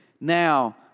now